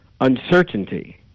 uncertainty